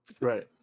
Right